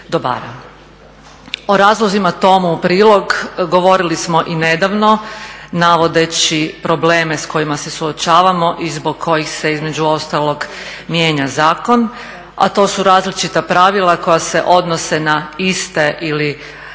O razlozima tomu u prilog govorili smo i nedavno navodeći probleme s kojima se suočavamo i zbog kojih se između ostalog mijenja zakon, a to su različita pravila koja se odnose na iste ili vrlo slične